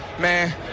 man